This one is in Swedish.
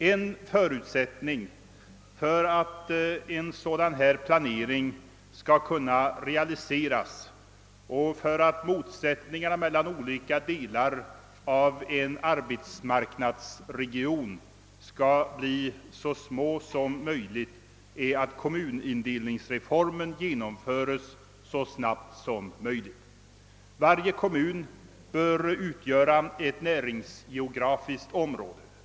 En förutsättning för att en sådan planering skall kunna realiseras och motsättningarna mellan olika delar av en arbetsmarknadsregion skall bli så små som möjligt är att kommunindelningsreformen genomföres så snabbt som möjligt. Varje kommun bör utgöra ett näringsgeografiskt område.